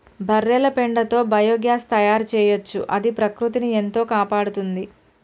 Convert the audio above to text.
బర్రెల పెండతో బయోగ్యాస్ తయారు చేయొచ్చు అది ప్రకృతిని ఎంతో కాపాడుతుంది